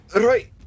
Right